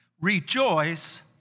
Rejoice